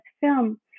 film